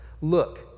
Look